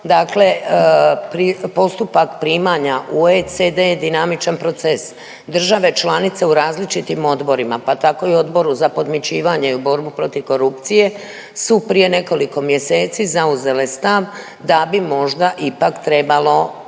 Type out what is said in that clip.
Dakle, postupak primanja u OECD je dinamičan proces. Države članice u različitim odborima pa tako i Odboru za podmićivanje i borbu protiv korupcije su prije nekoliko mjeseci zauzele stav da bi možda ipak trebalo